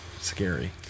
scary